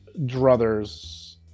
druthers